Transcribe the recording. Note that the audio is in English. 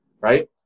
Right